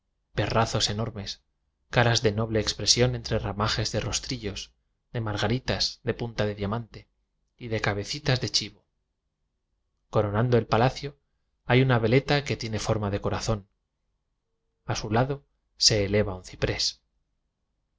perrazos enormes caras de noble expresión entre ramajes de rostrillos de margaritas de puntas de diamante y de cabecitas de chivo coronando el palacio hay una veleta que tiene forma de corazón a su lado se eleva un